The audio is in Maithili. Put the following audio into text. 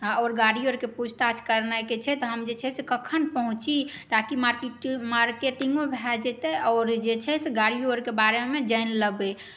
आओर गाड़ी आओरके पूछताछ करनाइके छै तऽ हम जे छै से कखन पहुँची ताकि मार्केटिङ्गो भऽ जेतै आओर जे छै से गाड़िओ आओरके बारेमे जानि लेबै